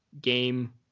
game